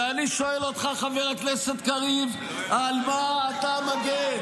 ואני שואל אותך, חבר הכנסת קריב, על מה אתה מגן?